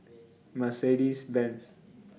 Mercedes Benz